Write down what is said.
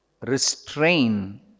restrain